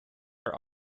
are